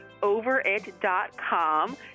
overit.com